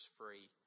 free